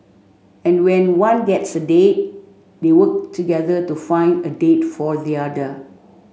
and when one gets a date they work together to find a date for the other